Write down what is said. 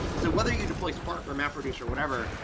so whether you deploy spark or mapreduce or whatever,